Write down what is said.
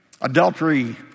Adultery